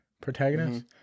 Protagonist